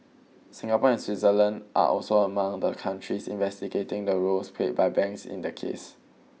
Singapore and Switzerland are also among the countries investigating the roles played by banks in the case